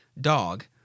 dog